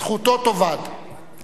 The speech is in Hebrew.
זכותו תאבד.